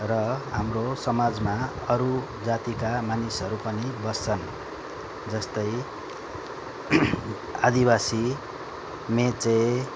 र हाम्रो समाजमा अरू जातिका मानिसहरू पनि बस्छन् जस्तै आदिवासी मेचे